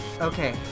Okay